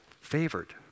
favored